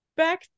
back